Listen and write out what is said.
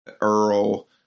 earl